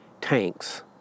tanks